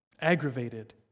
aggravated